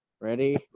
ready